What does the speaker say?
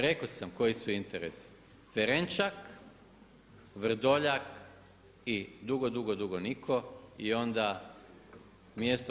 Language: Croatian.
Rekao sam koji su interesi Ferenčak, Vrdoljak i dugo, dugo, dugo niko i mjesto